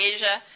Asia